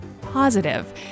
positive